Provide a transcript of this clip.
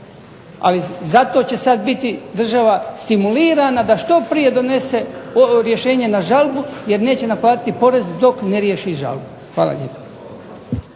Ali zato će sada biti država stimulirana da što prije donese rješenje na žalbu jer neće naplatiti porez dok ne riješi žalbu. Hvala lijepo.